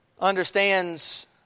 understands